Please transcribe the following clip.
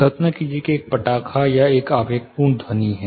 कल्पना कीजिए कि एक पटाखा या एक आवेगपूर्ण ध्वनि है